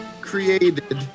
created